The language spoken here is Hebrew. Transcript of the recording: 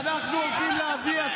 אתה מנעת ממני להצביע.